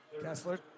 Kessler